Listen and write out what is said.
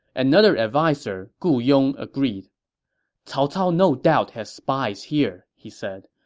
another adviser, gu yong, agreed cao cao no doubt has spies here, he said.